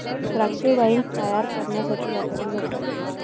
द्राक्षे वाईन तायार करण्यासाठी वापरली जातात